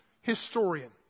historian